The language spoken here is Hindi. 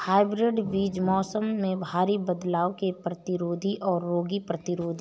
हाइब्रिड बीज मौसम में भारी बदलाव के प्रतिरोधी और रोग प्रतिरोधी हैं